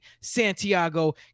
Santiago